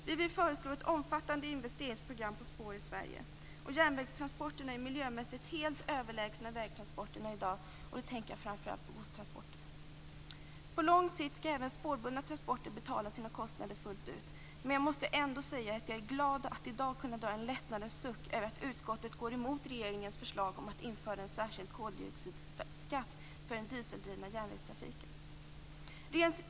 Vi vill föreslå ett omfattande investeringsprogram för spår i Sverige. Järnvägstransporterna är miljömässigt helt överlägsna vägtransporterna i dag. Jag tänker då framför allt på godstransporterna. På lång sikt skall även spårbundna transporter betala sina kostnader fullt ut. Jag måste ändå säga att jag är glad att i dag kunna dra en lättnadens suck över att utskottet går emot regeringens förslag om att införa en särskild koldioxidskatt för den dieseldrivna järnvägstrafiken.